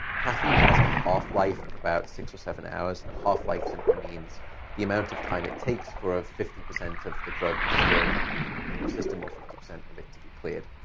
caffeine has a half-life of about six or seven hours. and a half-life simply means the amount of time it takes for a fifty percent of the drug to still be in your system or fifty percent of it to be cleared.